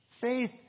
Faith